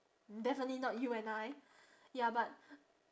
definitely not you and I ya but